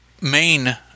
main